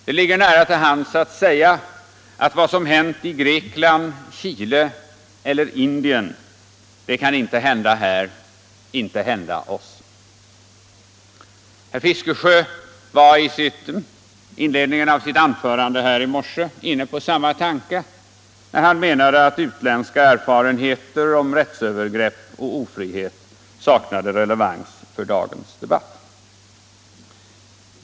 Det ligger nära till hands att säga att vad som hänt i Grekland, Chile eller Indien, det kan inte hända här, inte hända oss. Herr Fiskesjö var i inledningen av sitt anförande här i morse inne på samma tanke, när han menade att utländska erfarenheter av rättsövergrepp och ofrihet saknade relevans för dagens debatt.